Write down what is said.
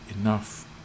enough